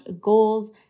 goals